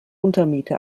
untermiete